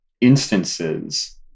instances